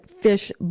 fish